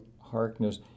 Harkness